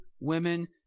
women